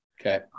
Okay